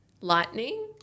Lightning